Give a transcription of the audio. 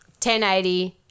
1080